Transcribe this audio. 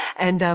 and,